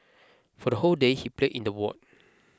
for the whole day he played in the ward